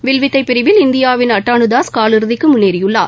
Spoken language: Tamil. வில்வித்தை பிரிவில் இந்தியாவின் அட்டானுதாஸ் கால் இறுதிக்கு முன்னேறியுள்ளார்